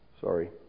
sorry